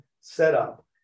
setup